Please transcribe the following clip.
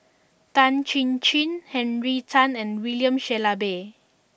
Tan Chin Chin Henry Tan and William Shellabear